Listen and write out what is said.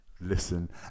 listen